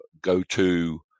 go-to